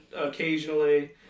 Occasionally